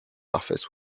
office